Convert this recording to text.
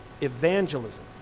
evangelism